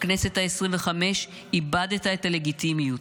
בכנסת העשרים-וחמש איבדת את הלגיטימיות.